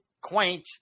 quaint